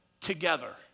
together